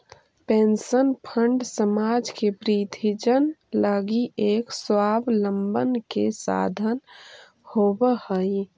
pension fund समाज के वृद्धजन लगी एक स्वाबलंबन के साधन होवऽ हई